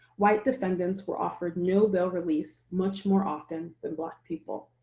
white defendants were offered no bail release much more often than black people.